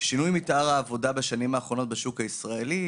שינוי מתאר העבודה בשנים האחרונות בשוק הישראלי.